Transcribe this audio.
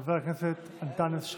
חבר הכנסת אנטאנס שחאדה.